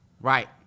Right